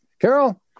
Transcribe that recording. Carol